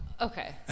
Okay